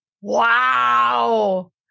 Wow